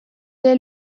est